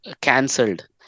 cancelled